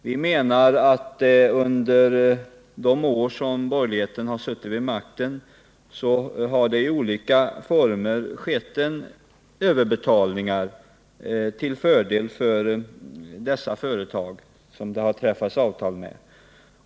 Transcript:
Vi menar att under de år som borgerligheten har suttit vid makten har det i olika former skett överbetalningar till fördel för de företag som det träffats avtal med.